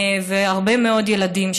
והרבה מאוד ילדים,